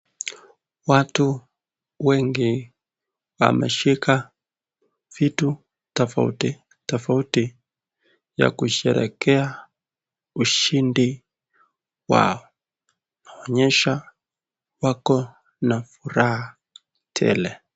Watu wengi wameshika vitu tofauti tofauti ya kusherehekea ushindi wao yaonyesha wako na furaha tele.